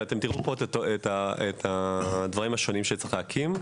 ואתם תראו את הדברים השונים שצריך להקים.